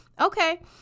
okay